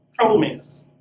troublemakers